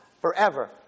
forever